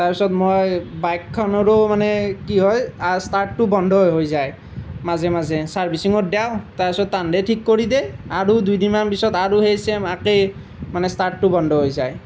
তাৰপিছত মই বাইকখনৰো মানে কি হয় ষ্টাৰ্টটো বন্ধ হৈ হৈ যায় মাজে মাজে ছাৰ্ভিচিঙত দিওঁ তাৰপিছত তাহাঁতে ঠিক কৰি দিয়ে আৰু দুইদিনমান পিছত আৰু সেই ছেইম একেই মানে ষ্টাৰ্টটো বন্ধ হৈ যায়